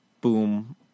Boom